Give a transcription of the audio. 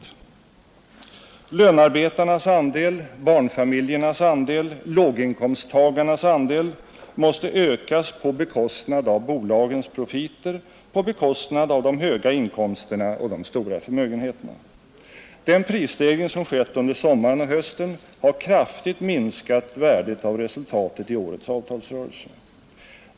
Lönarbetarnas andel, barnfamiljernas andel, låginkomsttagarnas andel måste ökas på bekostnad av bolagens profiter, på bekostnad av de höga inkomsterna och de stora förmögenheterna. Den prisstegring som skett under sommaren och hösten har kraftigt minskat värdet av resultatet i årets avtalsrörelse.